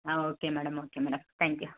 ah okay madam okay madam thank you